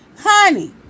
honey